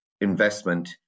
investment